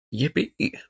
Yippee